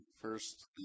First